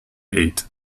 eight